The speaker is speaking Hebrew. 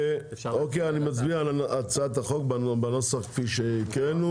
אוקיי אני מציע על הצעת החוק בנוסח כפי שהקראנו.